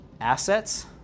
assets